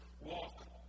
walk